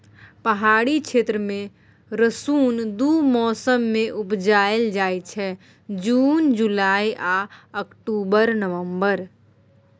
पहाड़ी क्षेत्र मे रसुन दु मौसम मे उपजाएल जाइ छै जुन जुलाई आ अक्टूबर नवंबर